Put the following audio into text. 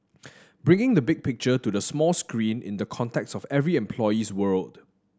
bringing the big picture to the small screen in the context of every employee's world